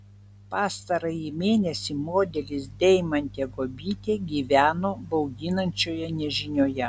pastarąjį mėnesį modelis deimantė guobytė gyveno bauginančioje nežinioje